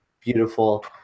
beautiful